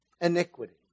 Iniquity